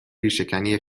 ریشهکنی